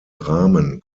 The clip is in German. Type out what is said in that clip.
rahmen